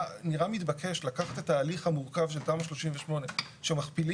נראה מתבקש לקחת את ההליך המורכב של תמ"א 38 שמכפילים,